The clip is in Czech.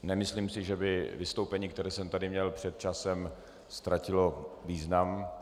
Nemyslím si, že by vystoupení, které jsem tady měl před časem, ztratilo význam.